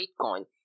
Bitcoin